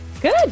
Good